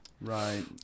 Right